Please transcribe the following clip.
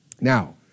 Now